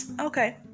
Okay